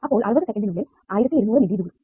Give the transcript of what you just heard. അപ്പോൾ 60 സെക്കന്റിനുള്ളിൽ 1200 milli joules